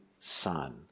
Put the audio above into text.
Son